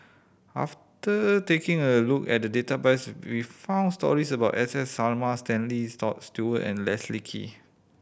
after taking a look at the database we found stories about S S Sarma Stanley Toft Stewart and Leslie Kee